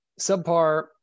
subpar